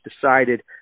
decided